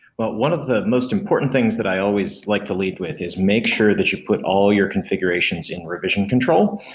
but one of the most important things that i always like to lead with is make sure that you put all your configurations in revision control.